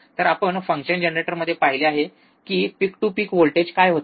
तर आपण फंक्शन जनरेटरमध्ये पाहिले आहे की पिक टू पिक व्होल्टेज काय होते